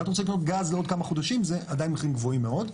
גם אם אתה רוצה לקנות לעוד כמה חודשים זה עדיין מחירים גבוהים מאוד.